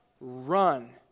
run